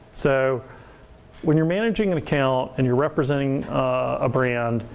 so when you're managing an account and you're representing a brand,